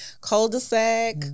cul-de-sac